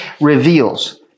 reveals